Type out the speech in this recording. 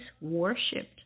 worshipped